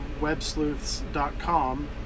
websleuths.com